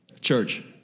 church